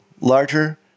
larger